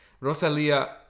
Rosalia